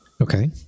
Okay